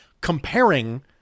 comparing